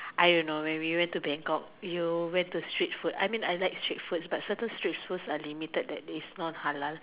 I don't know maybe we went to Bangkok you went to street foods I mean I like street food but its quite limited because certain street food is not halal